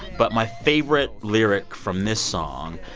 but my favorite lyric from this song,